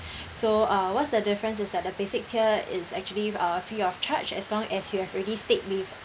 so uh what's the difference is that the basic tier is actually uh free of charge as long as you have already stayed with